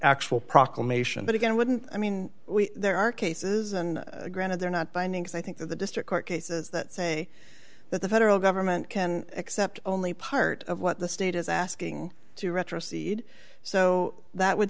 actual proclamation but again wouldn't i mean there are cases and granted they're not binding i think that the district court cases that say that the federal government can accept only part of what the state is asking to retro cede so that would